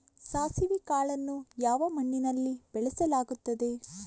ಸಾಸಿವೆ ಕಾಳನ್ನು ಯಾವ ಮಣ್ಣಿನಲ್ಲಿ ಬೆಳೆಸಲಾಗುತ್ತದೆ?